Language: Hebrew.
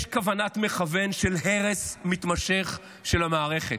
יש כוונת מכוון של הרס מתמשך של המערכת,